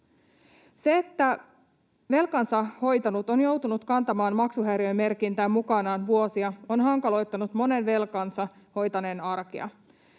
Se, että velkansa hoitanut on joutunut kantamaan maksuhäiriömerkintää mukanaan vuosia, on hankaloittanut monen velkansa hoitaneen arkea.